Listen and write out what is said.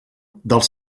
dels